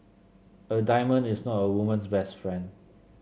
a diamond is not a woman's best friend